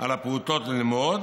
על הפעוטות ללמוד,